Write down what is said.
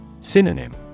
Synonym